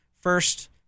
First